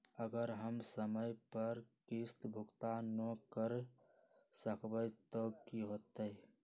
अगर हम समय पर किस्त भुकतान न कर सकवै त की होतै?